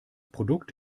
produkt